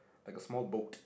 like a small boat